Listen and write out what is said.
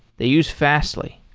they use fastly.